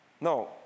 no